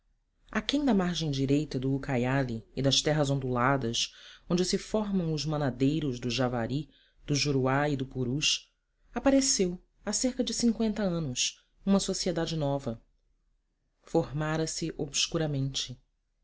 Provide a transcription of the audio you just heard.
caucheiros aquém da margem direita do ucaiali e das terras onduladas onde se formam os manadeiros do javari do juruá e do purus apareceu há cerca de cinqüenta anos uma sociedade nova formarase